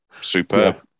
superb